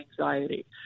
anxiety